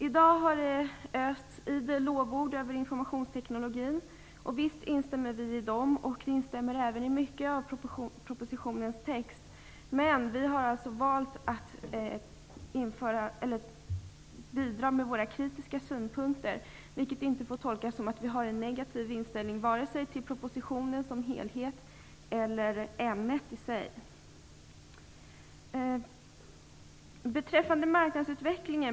I dag har det östs idel lovord över informationsteknologin, och visst instämmer vi i dem. Vi instämmer även i mycket av det som skrivs i propositionen. Vi har dock valt att bidra med våra kritiska synpunkter, vilket inte får tolkas som att vi har en negativ inställning till vare sig propositionen som helhet eller ämnet i sig. Den första aspekt jag vill ta upp när det gäller Miljöpartiets IT-politik rör marknadsutvecklingen.